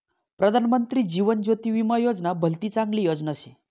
प्रधानमंत्री जीवन ज्योती विमा योजना भलती चांगली योजना शे